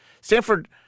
Stanford